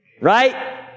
right